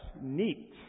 neat